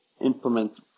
implement